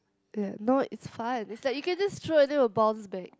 ya no it's fun is like you can just throw and then it will bounce back